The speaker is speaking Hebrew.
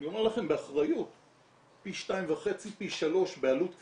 אני אומר לכם באחריות, פי 3-2.5 בעלות כספית,